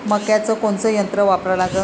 मक्याचं कोनचं यंत्र वापरा लागन?